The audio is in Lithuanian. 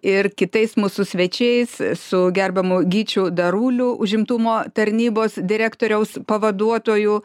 ir kitais mūsų svečiais su gerbiamu gyčiu daruliu užimtumo tarnybos direktoriaus pavaduotoju